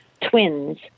twins